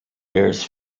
years